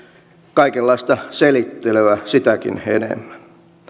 kaikenlaista selittelyä sitäkin enemmän